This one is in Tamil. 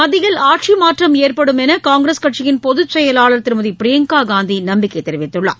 மத்தியில் ஆட்சி மாற்றம் ஏற்படும் என்று காங்கிரஸ் கட்சியின்பொதுச்செயலாளர் திருமதி பிரியங்கா காந்தி நம்பிக்கை தெரிவித்துள்ளார்